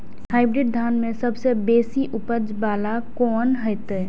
Hybrid धान में सबसे बेसी उपज बाला कोन हेते?